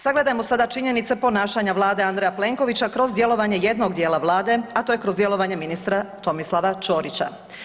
Sagledajmo sada činjenice ponašanja Vlade Andreja Plenkovića kroz djelovanje jednog dijela Vlade, a to je kroz djelovanje ministra Tomislava Ćorića.